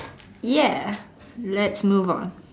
ya let's move on